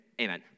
amen